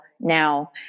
now